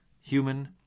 human